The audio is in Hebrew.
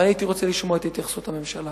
ואני הייתי רוצה לשמוע את התייחסות הממשלה.